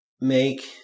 make